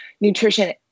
nutrition